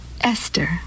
Esther